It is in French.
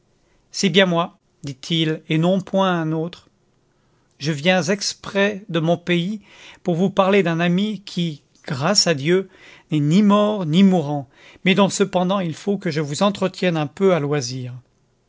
c'est bien moi dit-il et non point un autre je viens exprès de mon pays pour vous parler d'un ami qui grâce à dieu n'est ni mort ni mourant mais dont cependant il faut que je vous entretienne un peu à loisir